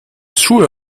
schuhe